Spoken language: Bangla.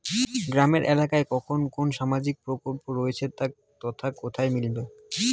গ্রামের এলাকায় কখন কোন সামাজিক প্রকল্প রয়েছে তার তথ্য কোথায় মিলবে?